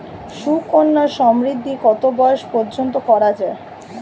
সুকন্যা সমৃদ্ধী কত বয়স পর্যন্ত করা যায়?